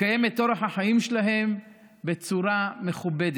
לקיים את אורח החיים שלהם בצורה מכובדת,